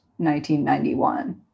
1991